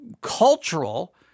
cultural